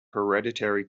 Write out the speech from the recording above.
hereditary